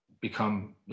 become